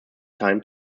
time